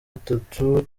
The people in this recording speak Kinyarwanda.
dutatu